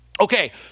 Okay